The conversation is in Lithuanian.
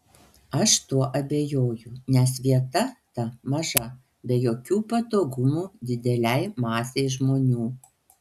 aš tuo abejoju nes vieta ta maža be jokių patogumų didelei masei žmonių